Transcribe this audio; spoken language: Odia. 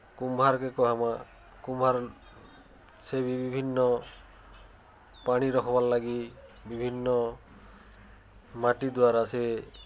କୁମ୍ଭାର୍କେ କହେମା କୁମ୍ଭାର୍ ସେ ବିଭିନ୍ନ ପାଣି ରଖ୍ବାର୍ଲାଗି ବିଭିନ୍ନ ମାଟି ଦ୍ୱାରା ସେ